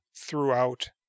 throughout